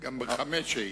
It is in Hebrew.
גם ב-5 הייתי.